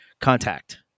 Contact